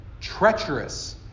treacherous